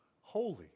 holy